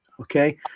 Okay